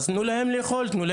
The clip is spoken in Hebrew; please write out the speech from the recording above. אז תנו להם לאכול,